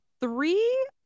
three